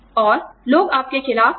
और लोग आपके खिलाफ हथियार उठा सकते हैं